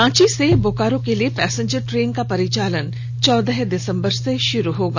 रांची से बोकारो के लिए पैसेंजर ट्रेन का परिचालन चौदह दिसंबर से शुरू होगा